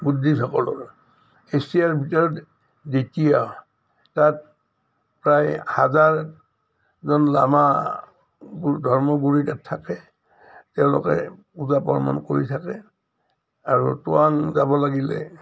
বুদ্ধিষ্টসকলৰ এছিয়াৰ ভিতৰত দ্বিতীয় তাত প্ৰায় হাজাৰজন লামা ধৰ্মগুৰুৱে তাত থাকে তেওঁলোকে পূজা কৰ্ম কৰি থাকে আৰু তাৱাং যাব লাগিলে